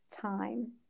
time